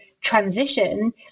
transition